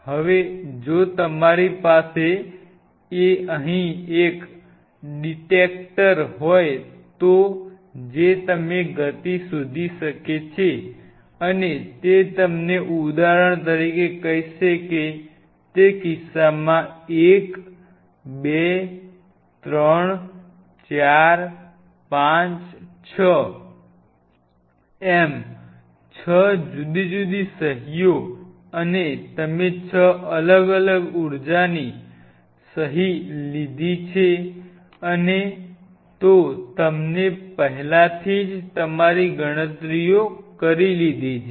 હવે જો તમારી પાસે અહીં એક ડિટેક્ટર હોય જે તે ગતિ શોધી શકે છે અને તે તમને ઉદાહરણ તરીકે કહેશે તે કિસ્સામાં 1 2 3 4 5 6 એમ છ જુદી જુદી સહીઓ અને તમે 6 અલગ અલગ ઊર્જાની સહી કરી લીધી હોય અને તો તમે પહેલાથી જ તમારી ગણતરીઓ કરી લીધી છે